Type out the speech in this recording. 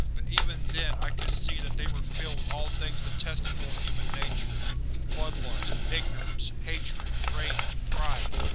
but even then i could see that they were filled with all things detestable in human nature bloodlust, ignorance, hatred, rage, pride,